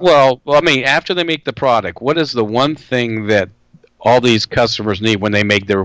well i mean after they make the product what is the one thing that all these customers need when they make their